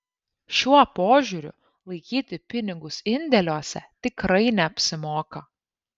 šiuo požiūriu laikyti pinigus indėliuose tikrai neapsimoka